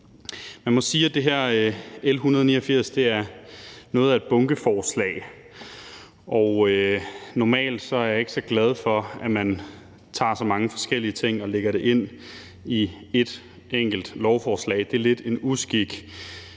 Man må sige, at det her L 189 er noget af et bunkeforslag. Normalt er jeg ikke så glad for, at man tager så mange forskellige ting og lægger det ind i et enkelt lovforslag; det er lidt en uskik.